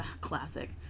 classic